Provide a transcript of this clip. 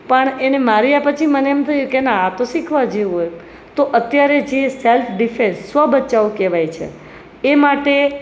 પણ એને માર્યા પછી મને એમ થયું કે આ તો શીખવા જેવું હોત તો અત્યારે જે સેલ્ફ ડિફેન્સ સ્વ બચાવ કહેવાય છે એ માટે